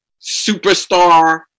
superstar